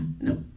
No